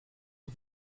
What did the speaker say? are